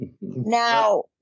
Now